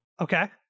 Okay